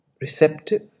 receptive